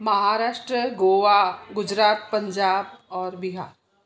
महाराष्ट्र गोआ गुजरात पंजाब और बिहार